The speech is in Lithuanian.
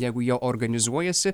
jeigu jie organizuojasi